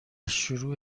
شروع